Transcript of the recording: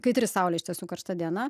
kaitri saulė iš tiesų karšta diena